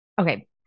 Okay